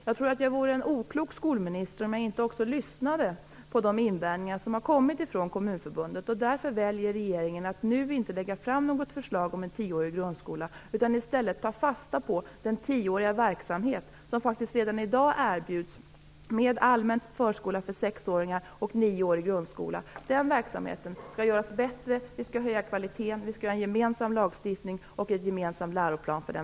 Jag vore en oklok skolminister om jag inte också lyssnade på de invändningar som kommit från Kommunförbundet. Därför väljer regeringen att inte nu lägga fram något förslag om en tioårig grundskola utan i stället ta fasta på den tioåriga verksamhet som faktiskt erbjuds redan i dag med allmän förskola för sexåringar och nioårig grundskola. Den verksamheten skall göras bättre. Vi skall höja kvaliteten och vi skall göra en gemensam lagstiftning och en gemensam läroplan för den.